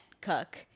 cook